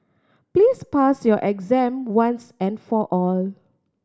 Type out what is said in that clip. please pass your exam once and for all